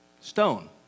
Stone